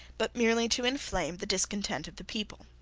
but merely to inflame the discontents of the people.